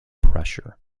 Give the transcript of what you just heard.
pressure